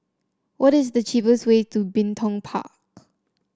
what is the cheapest way to Bin Tong Park